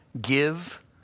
give